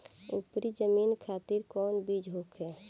उपरी जमीन खातिर कौन बीज होखे?